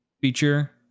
feature